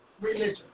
religion